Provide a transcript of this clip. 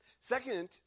Second